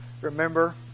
remember